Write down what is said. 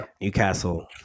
Newcastle